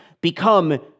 become